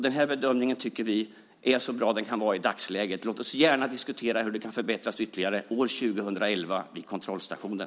Den här bedömningen tycker vi är så bra den kan vara i dagsläget. Låt oss gärna diskutera hur den kan förbättras ytterligare år 2011 vid kontrollstationen.